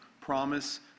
promise